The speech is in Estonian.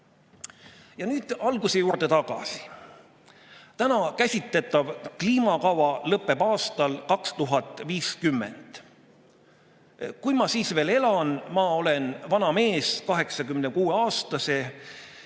Ja nüüd alguse juurde tagasi. Täna käsitletav kliimakava lõpeb aastal 2050. Kui ma siis veel elan, olen ma vana mees, 86-aastane.